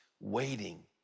waiting